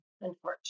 unfortunately